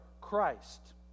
Christ